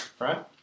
Right